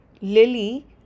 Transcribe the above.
Lily